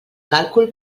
càlcul